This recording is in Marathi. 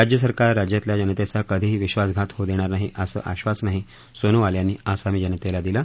राज्य सरकार राज्यातल्या जनतेचा कधीही विश्वासंघात होऊ देणार नाही असं आश्वासनही सोनोवाल यांनी आसामी जनतेला दिले